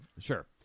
sure